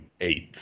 eight